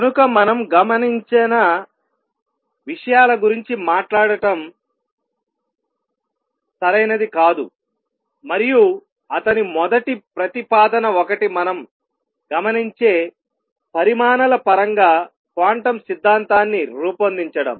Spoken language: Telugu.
కనుక మనం గమనించని విషయాల గురించి మాట్లాడటం సరైనది కాదు మరియు అతని మొదటి ప్రతిపాదన ఒకటి మనం గమనించే పరిమాణాల పరంగా క్వాంటం సిద్ధాంతాన్ని రూపొందించడం